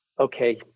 okay